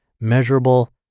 measurable